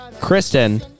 Kristen